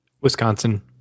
Wisconsin